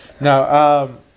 No